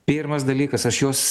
pirmas dalykas aš juos